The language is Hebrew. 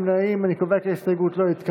קבוצת סיעת יהדות התורה וקבוצת סיעת